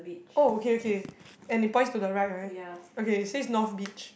oh okay okay and it points to the right right okay it says north beach